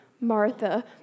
Martha